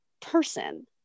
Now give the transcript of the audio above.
person